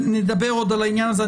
נדבר עוד על העניין הזה,